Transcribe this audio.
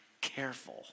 careful